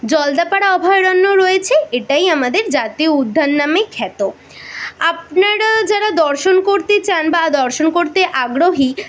জলদাপাড়া অভয়ারণ্য রয়েছে এটাই আমাদের জাতীয় উদ্যান নামে খ্যাত আপনারা যারা দর্শন করতে চান বা দর্শন করতে আগ্রহী